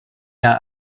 are